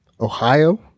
Ohio